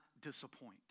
disappoint